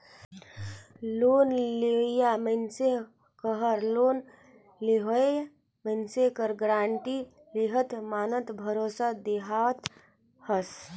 loan लेवइया मइनसे कहर लोन लेहोइया मइनसे कर गारंटी लेहत माने भरोसा देहावत हस